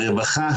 הרווחה,